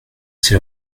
c’est